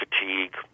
fatigue